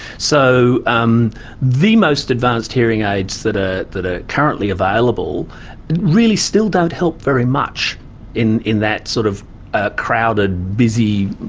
so um the most advanced hearing aids that ah are ah currently available really still don't help very much in in that sort of ah crowded, busy